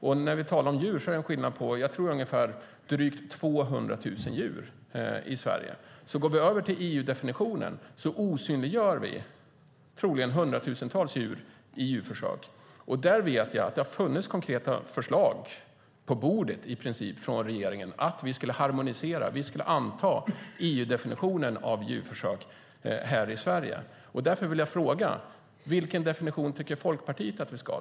I antal handlar det om drygt 200 000 djur i Sverige. Om Sverige går över till EU-definitionen osynliggör vi troligen hundratusentals djur i djurförsök. Jag vet att det har funnits konkreta förslag på bordet från regeringen om en harmonisering, det vill säga att vi ska anta EU-definitionen av djurförsök i Sverige. Vilken definition tycker Folkpartiet att vi ska ha?